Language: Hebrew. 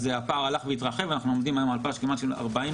אז הפער הלך והתרחב ואנחנו עומדים על פער של כ-40 תקנים